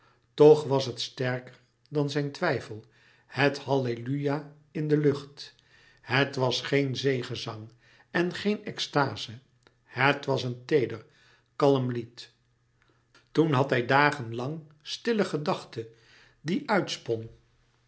toch was het sterker dan zijn twijfel het halleluja in de lucht het was geen zegezang en geen extaze het was een teeder kalm lied toen had hij dagen lang stille gedachte die